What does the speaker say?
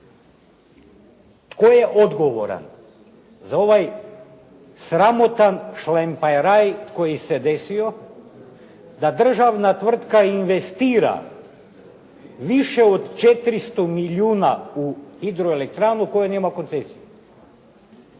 Tko je odgovoran za ovaj sramotan šlamperaj koji se desio da državna tvrtka koja investira više od 400 milijuna u hidroelektranu koja nema koncesiju.